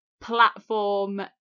platform